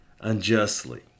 unjustly